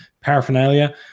paraphernalia